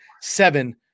seven